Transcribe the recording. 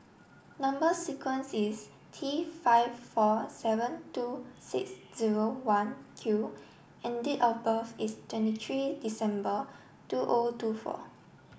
number sequence is T five four seven two six zero one Q and date of birth is twenty three December two O two four